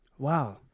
Wow